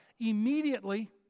Immediately